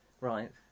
Right